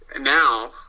now